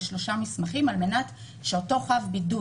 יש שלושה מסמכים על מנת שאותו חב בידוד,